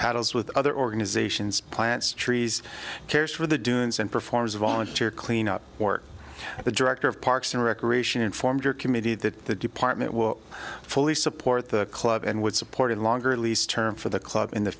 paddles with other organizations plants trees cares for the dunes and performs volunteer cleanup work the director of parks and recreation informs your committee that the department will fully support the club and would support a longer lease term for the club in the